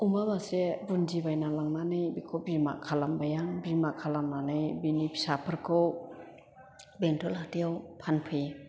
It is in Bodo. अमा मासे बुन्दि बायना लांनानै बेखौ बिमा खालामबाय आं बिमा खालामनानै बिनि फिसाफोरखौ बेंटल हाथाइआव फानफैयो